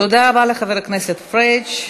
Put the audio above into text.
תודה רבה לחבר הכנסת פריג'.